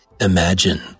imagine